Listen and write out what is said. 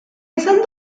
izan